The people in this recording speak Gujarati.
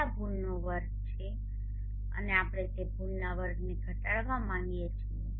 હવે આ ભૂલનો વર્ગ છે અને આપણે તે ભૂલના વર્ગને ઘટાડવા માગીએ છીએ